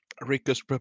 Rico's